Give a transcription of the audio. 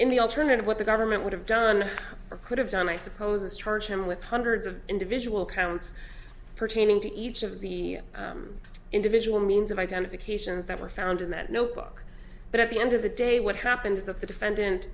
in the alternative what the government would have done or could have done i suppose it's charged him with hundreds of individual counts pertaining to each of the individual means of identifications that were found in that notebook but at the end of the day what happened is that the defendant